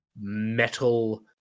metal